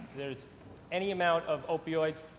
there is any amount of opioid,